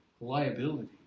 liability